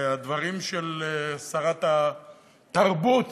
והדברים של שרת התרבות,